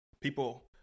People